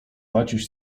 maciuś